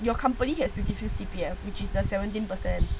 you company has to give your C_P_F which is the seventeen percent